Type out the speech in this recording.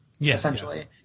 essentially